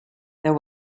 there